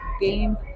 game